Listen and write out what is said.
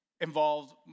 involved